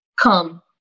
come